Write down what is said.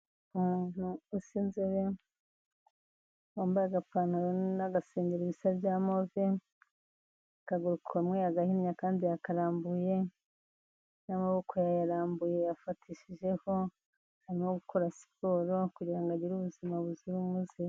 Umuntu usa inzobe wambaye agapantaro n'agasengeri bisa bya move, akaguru kamwe yagahinnye akandi yakarambuye n'amaboko yayarambuye yayafatishijeho, arimo gukora siporo kugira ngo agire ubuzima buzira umuze.